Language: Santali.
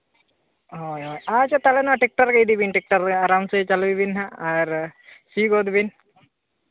ᱦᱳᱭ ᱦᱳᱭ ᱟᱪᱪᱷᱟ ᱛᱟᱦᱚᱞᱮ ᱱᱚᱣᱟ ᱴᱨᱠᱴᱟᱨ ᱜᱮ ᱤᱫᱤ ᱵᱤᱱ ᱴᱨᱠᱴᱟᱨ ᱟᱨᱟᱢ ᱥᱮ ᱪᱟᱹᱞᱩᱭ ᱵᱤᱱ ᱦᱟᱸᱜ ᱟᱨ ᱥᱤ ᱜᱚᱫ ᱵᱤᱱ